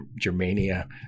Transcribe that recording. Germania